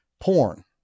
Porn